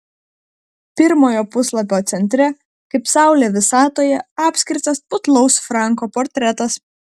pirmojo puslapio centre kaip saulė visatoje apskritas putlaus franko portretas